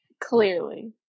Clearly